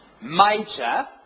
major